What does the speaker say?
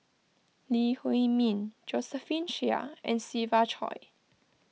Lee Huei Min Josephine Chia and Siva Choy